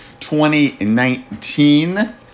2019